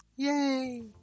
Yay